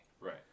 right